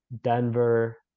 denver